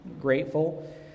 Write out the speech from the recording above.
grateful